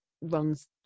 runs